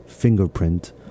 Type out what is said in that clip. fingerprint